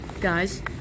guys